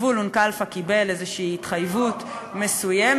זבולון כלפה קיבל איזו התחייבות מסוימת,